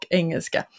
engelska